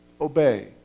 obey